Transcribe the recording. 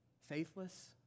faithless